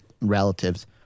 relatives